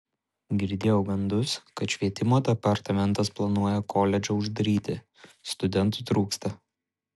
girdėjau gandus kad švietimo departamentas planuoja koledžą uždaryti studentų trūksta